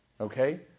okay